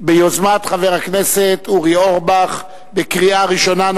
ביוזמת חבר הכנסת אורי אורבך, קריאה ראשונה.